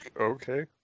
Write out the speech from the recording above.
okay